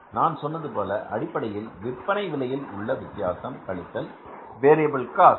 நான் சொன்னது போல அடிப்படையில் விற்பனை விலையில் உள்ள வித்தியாசம் கழித்தல் வேரியபில் காஸ்ட்